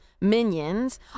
minions